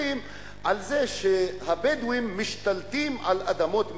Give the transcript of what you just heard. על זה שהבדואים משתלטים על אדמות מדינה.